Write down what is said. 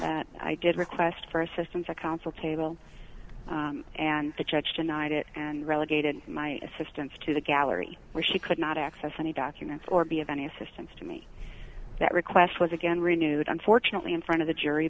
that i did request for assistance i counsel table and the judge denied it and relegated my assistants to the gallery where she could not access any documents or be of any assistance to me that request was again renewed unfortunately in front of the jury